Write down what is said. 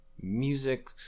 music